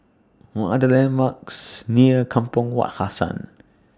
What Are The landmarks near Kampong Wak Hassan